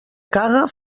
caga